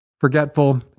forgetful